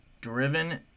driven